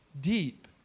deep